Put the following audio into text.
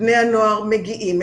בני הנוער מגיעים,